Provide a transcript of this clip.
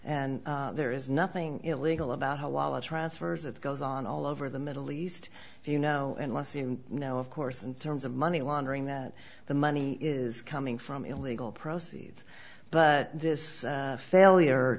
and there is nothing illegal about how while the transfers of goes on all over the middle east you know unless you know of course in terms of money laundering that the money is coming from illegal proceeds but this failure